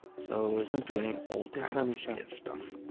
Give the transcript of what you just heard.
so it's doing all kind of weird stuff